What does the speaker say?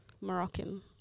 Moroccan